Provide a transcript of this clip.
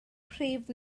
prif